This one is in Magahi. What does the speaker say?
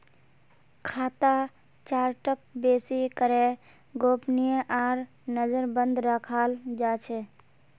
खाता चार्टक बेसि करे गोपनीय आर नजरबन्द रखाल जा छे